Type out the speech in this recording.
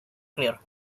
clear